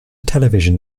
television